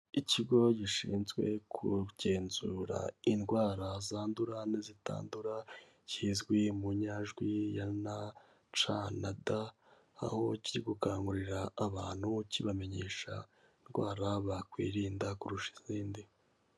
Ikigo gishinzwe kugenzura indwara zandura n'izitandura, kizwi mu nyajwi ya N C D, aho kiri gukangurira abantu kibamenyesha indwara bakwirinda kurusha izindi.